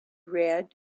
red